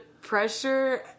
pressure